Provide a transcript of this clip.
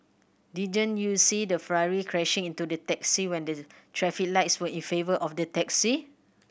didn't you see the Ferrari crashing into the taxi when the traffic lights were in favour of the taxi